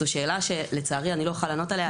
זו שאלה שלצערי אני לא אוכל לענות עליה,